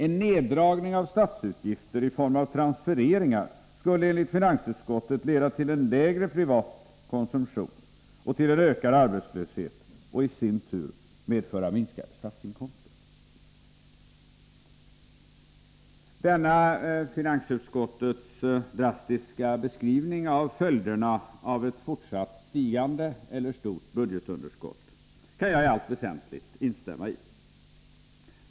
En neddragning av statsutgifter i form av transfereringar skulle enligt finansutskottet leda till en lägre privat konsumtion och till en ökad arbetslöshet samt i sin tur medföra minskade statsinkomster. Denna finansutskottets drastiska beskrivning av följderna av ett fortsatt stigande eller stort budgetunderskott kan jag i allt väsentligt instämma i.